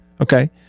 Okay